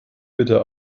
bitte